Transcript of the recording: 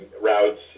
routes